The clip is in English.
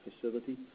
facility